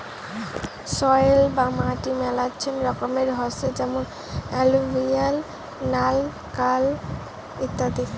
soil বা মাটি মেলাচ্ছেন রকমের হসে যেমন এলুভিয়াল, নাল, কাল ইত্যাদি